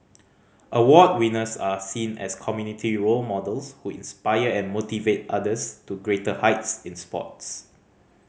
award winners are seen as community role models who inspire and motivate others to greater heights in sports